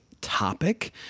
topic